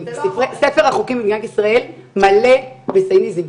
ספר החוקים במדינת ישראל מלא בסייניזם,